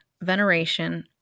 veneration